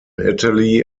italy